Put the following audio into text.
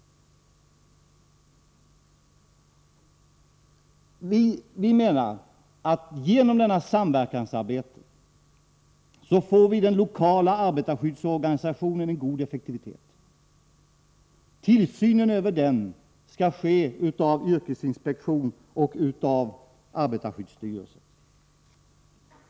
Vi menar att genom samverkansarbete får den lokala arbetarskyddsorganisationen en god effektivitet. Tillsynen av verksamheten ankommer på yrkesinspektionen och arbetarskyddsstyrelsen.